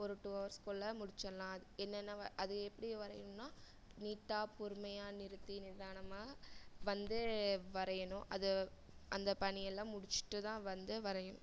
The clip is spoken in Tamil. ஒரு டூ ஹவர்ஸ் போல் முடித்திடலாம் அதுக்கு என்னென்ன வ அது எப்படி வரையுமென்னா நீட்டாக பொறுமையாக நிறுத்தி நிதானமாக வந்து வரையணும் அது அந்த பணியெல்லாம் முடிச்சுட்டுதான் வந்து வரையணும்